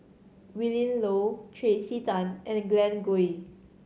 Willin Low Tracey Tan and Glen Goei